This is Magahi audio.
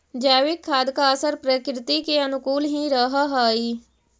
जैविक खाद का असर प्रकृति के अनुकूल ही रहअ हई